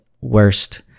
worst